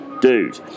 dude